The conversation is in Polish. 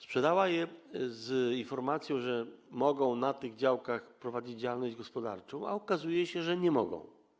Sprzedała je im z informacją, że mogą na tych działkach prowadzić działalność gospodarczą, a okazuje się, że nie mogą.